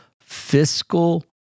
Fiscal